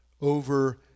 Over